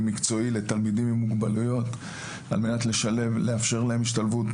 מקצועי לתלמידים עם מוגבלויות על מנת לאפשר להם